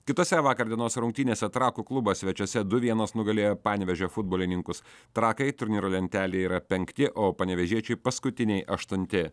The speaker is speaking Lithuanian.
kitose vakar dienos rungtynėse trakų klubas svečiuose du vienas nugalėjo panevėžio futbolininkus trakai turnyro lentelėje yra penkti o panevėžiečiai paskutiniai aštunti